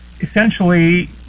Essentially